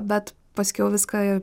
bet paskiau viską